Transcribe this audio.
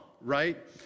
right